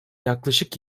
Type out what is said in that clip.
yaklaşık